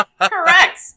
Correct